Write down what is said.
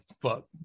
fuck